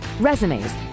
resumes